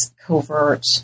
covert